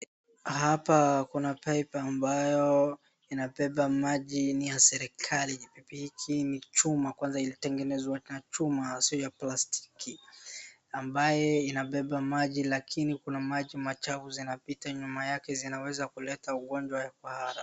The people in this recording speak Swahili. Hapa kuna pipe ambayo inabeba maji ni ya serikali kwanza ni chuma ilitengenezwa na chuma si ya plastiki ambaye inabeba maji lakini kuna maji machafu inapita nyuma yake inaweza kuleta ugonjwa mbaala.